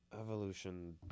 Evolution